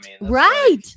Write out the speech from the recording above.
right